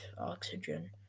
oxygen